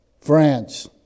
France